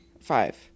five